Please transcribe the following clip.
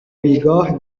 بیگاه